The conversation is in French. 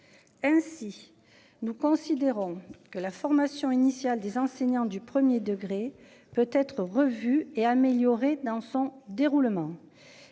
Ainsi, nous considérons que la formation initiale des enseignants du premier degré peut être revue et améliorée dans son déroulement.